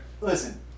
Listen